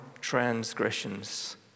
transgressions